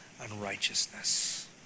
unrighteousness